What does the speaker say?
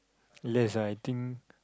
less ah I think